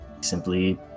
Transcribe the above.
Simply